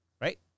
right